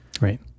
Right